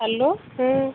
hello ହଁ